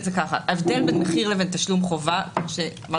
ההבדל בין מחיר לבין תשלום חובה שאמרתי